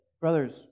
Brothers